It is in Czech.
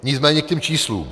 Nicméně k těm číslům.